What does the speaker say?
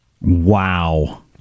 Wow